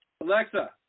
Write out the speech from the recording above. Alexa